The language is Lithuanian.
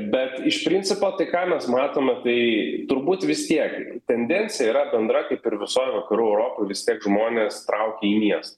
bet iš principo tai ką mes matome tai turbūt vis tiek tendencija yra bendra kaip ir visoj vakarų europoj vis tiek žmonės traukia į miestą